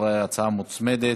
הצעה המוצמדת.